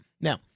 Now